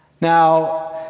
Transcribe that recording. Now